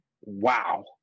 wow